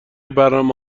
برنامه